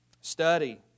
Study